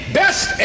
best